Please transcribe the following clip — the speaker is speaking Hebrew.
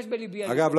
אגב,